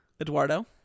Eduardo